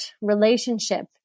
relationship